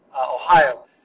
Ohio